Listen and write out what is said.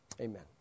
Amen